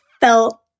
felt